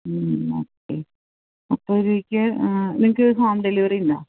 മ്മ് okay അപ്പോള് ഇതിലേക്ക് നിങ്ങള്ക്ക് ഹോം ഡെലിവറിയുണ്ടോ